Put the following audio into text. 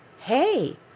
hey